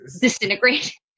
disintegrate